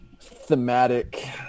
thematic